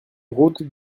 route